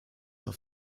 auf